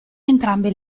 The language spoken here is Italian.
entrambe